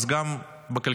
אז גם בכלכלה.